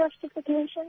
justification